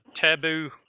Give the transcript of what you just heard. taboo